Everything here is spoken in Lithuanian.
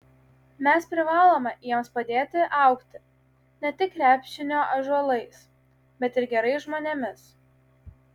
mes privalome jiems padėti augti ne tik krepšinio ąžuolais bet ir gerais žmonėmis